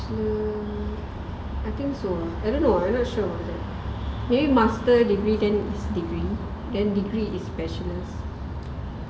hmm I think so I don't know I not sure maybe master degree then is degree then degree is bachelors